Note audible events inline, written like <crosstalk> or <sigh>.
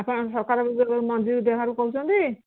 ଆପଣ <unintelligible> କହୁଛନ୍ତି